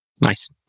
Nice